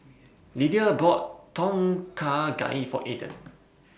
Lydia bought Tom Kha Gai For Aiden